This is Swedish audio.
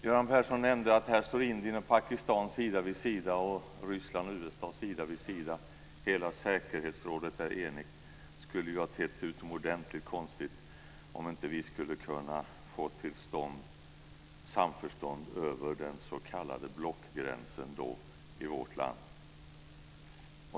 Göran Persson nämnde att här står Indien och Pakistan sida vid sida och Ryssland och USA sida vid sida och att hela säkerhetsrådet är enigt. Det skulle då ha tett sig utomordentligt konstigt om inte vi skulle kunna få till stånd ett samförstånd över den s.k. blockgränsen i vårt land.